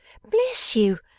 bless you,